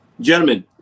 gentlemen